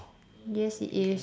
yes it is